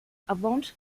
avant